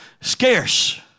scarce